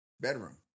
bedroom